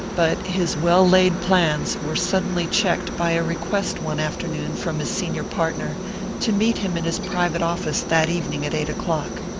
but his well-laid plans were suddenly checked by a request one afternoon from his senior partner to meet him in his private office that evening at eight o'clock.